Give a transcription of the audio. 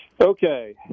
Okay